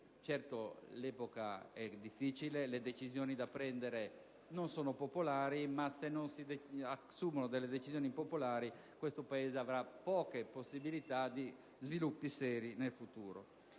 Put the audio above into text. Certamente l'epoca è difficile e le decisioni da prendere non sono popolari, ma credo che se non si assumono decisioni impopolari, il Paese avrà poche possibilità di sviluppi seri in futuro.